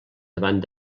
davant